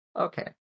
Okay